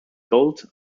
gold